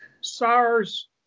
SARS